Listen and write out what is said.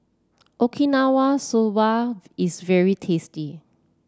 Okinawa Soba is very tasty